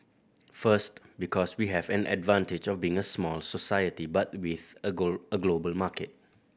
first because we have an advantage of being a small society but with a girl a global market